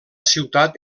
ciutat